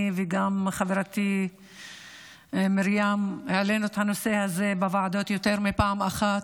אני וגם חברתי מרים העלינו את הנושא הזה בוועדות יותר מפעם אחת,